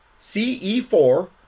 CE4